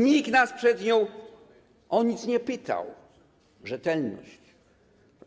Nikt nas przed nią o nic nie pytał - rzetelność,